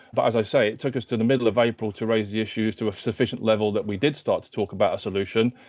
but as i say it took us to the middle of april to raise the issues to a sufficient level that we did start to talk about a solution.